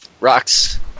Rocks